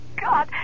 God